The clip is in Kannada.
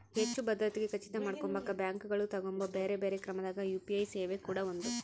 ಹೆಚ್ಚು ಭದ್ರತೆಗೆ ಖಚಿತ ಮಾಡಕೊಂಬಕ ಬ್ಯಾಂಕುಗಳು ತಗಂಬೊ ಬ್ಯೆರೆ ಬ್ಯೆರೆ ಕ್ರಮದಾಗ ಯು.ಪಿ.ಐ ಸೇವೆ ಕೂಡ ಒಂದು